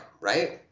right